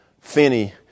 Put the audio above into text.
Finney